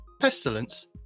Pestilence